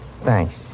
Thanks